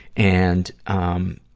and, um,